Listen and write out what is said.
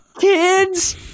kids